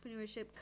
entrepreneurship